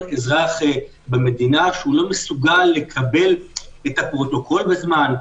במדינה שלא מסוגל לקבל את הפרוטוקול בזמן,